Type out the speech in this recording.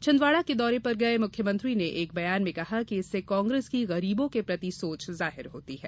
छिन्द्रवाड़ा के दौरे पर गये मुख्यमंत्री ने एक बयान में कहा है कि इससे कांग्रेस की गरीबों के प्रति सोच जाहिर होती है